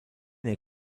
nei